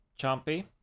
Chompy